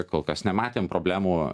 kol kas nematėm problemų